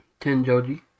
Tenjoji